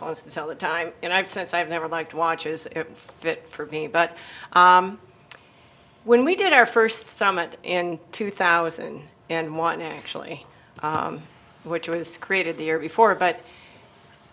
phones and cell the time and i've since i've never liked watches that for me but when we did our first summit in two thousand and one actually which was created the year before but